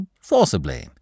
forcibly